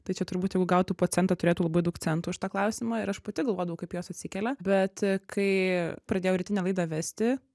tai čia turbūt jeigu gautų po centą turėtų labai daug centų už tą klausimą ir aš pati galvodavau kaip jos atsikelia bet kai pradėjau rytinę laidą vesti